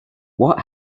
what